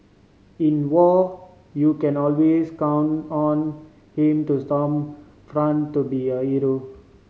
in war you can always count on him to storm front to be a hero